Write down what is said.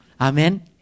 Amen